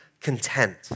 content